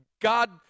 God